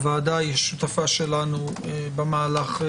הוועדה שותפה במהלך,